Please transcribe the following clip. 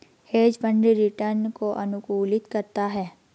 hedge fund return को अनुकूलित करता है